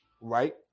right